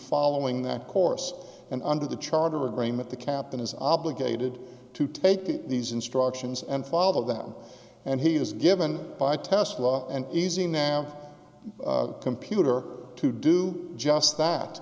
following that course and under the charter agreement the captain is obligated to take these instructions and follow them and he is given by task and easy now have a computer to do just that